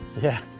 yeah.